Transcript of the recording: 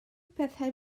pethau